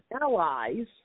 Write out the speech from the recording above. allies